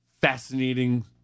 fascinating